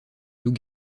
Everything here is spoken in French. loups